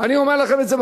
אני אומר לכם את זה,